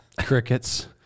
Crickets